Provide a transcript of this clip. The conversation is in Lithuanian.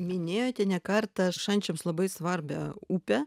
minėjote ne kartą šančiams labai svarbią upę